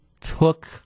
took